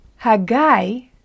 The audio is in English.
Hagai